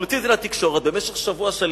אבל הוא הוציא את זה לתקשורת במשך שבוע שלם.